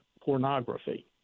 pornography